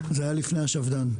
זה היה לפני השפדן.